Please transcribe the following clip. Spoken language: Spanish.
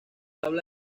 tabla